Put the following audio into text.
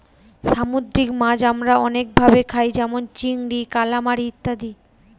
সামুদ্রিক মাছ আমরা অনেক ভাবে খাই যেমন চিংড়ি, কালামারী ইত্যাদি